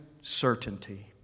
certainty